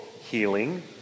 healing